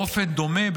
באופן דומה,